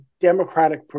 Democratic